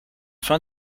fin